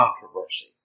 controversy